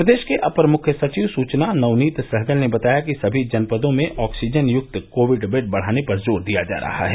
प्रदेश के अपर मृख्य सचिव सुचना नवनीत सहगल ने बताया कि सभी जनपदों में आक्सीजन युक्त कोविड बेड बढ़ाने पर जोर दिया जा रहा है